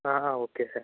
ఆ okay sir